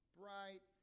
bright